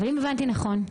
אבל אם הבנתי נכון,